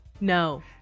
No